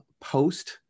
post